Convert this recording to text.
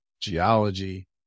geology